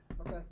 Okay